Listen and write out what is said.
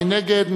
מי נגד?